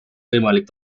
võimalik